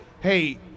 hey